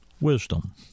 wisdom